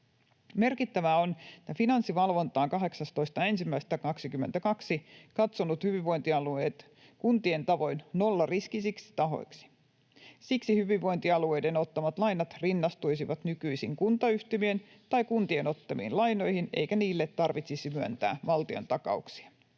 Merkittävää on, että Finanssivalvonta on 18.1.2022 katsonut hyvinvointialueet kuntien tavoin nollariskisiksi tahoiksi. Siksi hyvinvointialueiden ottamat lainat rinnastuisivat nykyisin kuntayhtymien tai kuntien ottamiin lainoihin eikä niille tarvitsisi myöntää valtiontakauksia.